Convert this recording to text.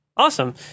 Awesome